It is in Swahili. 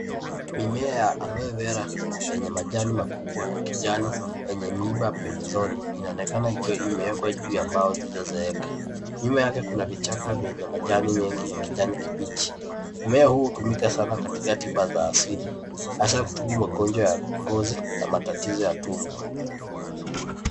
Mimea ya aloe vera yenye majani makubwa ya kijani yenye miba pembezoni inaonekana ikiwa imewekwa juu ya mbao zilizozeeka. Nyuma yake kuna vichaka vyenye majani mengi ya kijani kibichi. Mmea huu hutumika sana katika tiba za asili hasa kutibu magonjwa ya ngozi na matatizo ya tumbo.